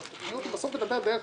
בסוף ידבר דרך